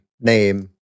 name